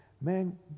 man